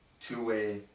two-way